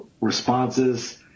responses